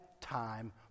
time